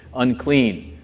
unclean,